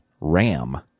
Ram